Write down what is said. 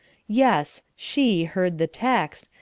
yes, she heard the text,